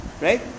right